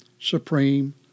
supreme